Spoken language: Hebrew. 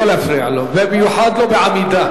לא להפריע לו, במיוחד לא בעמידה.